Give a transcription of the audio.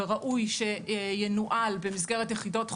וראוי שינוהל במסגרת יחידות חוקרות,